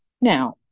Now